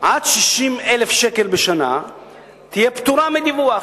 עד 60,000 שקל בשנה תהיה פטורה מדיווח,